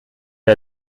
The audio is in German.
der